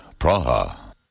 Praha